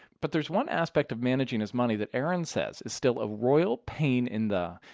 but there's one aspect of managing his money that aaron says is still a royal pain in the,